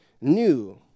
new